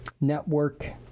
network